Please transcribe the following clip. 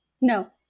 No